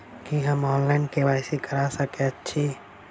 की हम online, KYC करा सकैत छी?